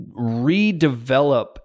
redevelop